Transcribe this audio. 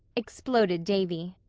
exploded davy.